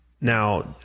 Now